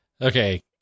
Okay